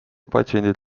patsiendid